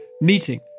meeting